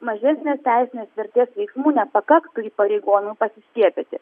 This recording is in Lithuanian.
mažesnės teisinės vertės veiksmų nepakaktų įpareigojimui pasiskiepyti